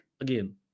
again